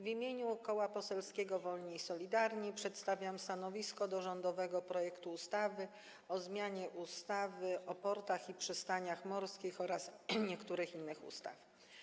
W imieniu Koła Poselskiego Wolni i Solidarni przedstawiam stanowisko wobec rządowego projektu ustawy o zmianie ustawy o portach i przystaniach morskich oraz niektórych innych ustaw.